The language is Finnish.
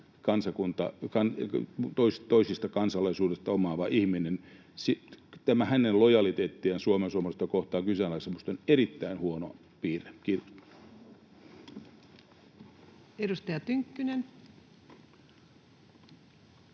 toisen kansalaisuuden omaavan ihmisen poimiminen, hänen lojaliteettinsa Suomea ja suomalaisuutta kohtaan kyseenalaistaminen on minusta erittäin huono piirre. — Kiitos. Edustaja Tynkkynen.